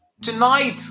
Tonight